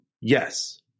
yes